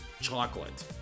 chocolate